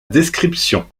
description